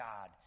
God